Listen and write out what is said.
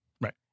Right